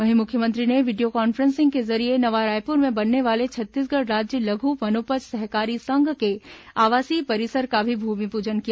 वहीं मुख्यमंत्री ने वीडियो कान्फ्रेंसिंग के जरिए नवा रायपुर में बनने वाले छत्तीसगढ़ राज्य लघ् वनोपज सहकारी संघ के आवासीय परिसर का भी भूमिपूजन किया